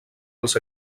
els